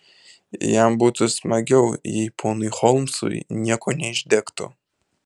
jam būtų smagiau jei ponui holmsui nieko neišdegtų